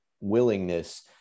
willingness